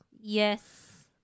yes